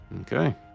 Okay